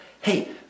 Hey